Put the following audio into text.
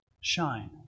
Shine